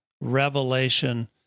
revelation